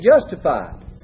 justified